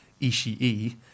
Ishii